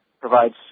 provides